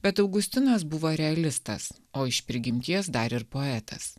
bet augustinas buvo realistas o iš prigimties dar ir poetas